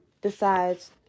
decides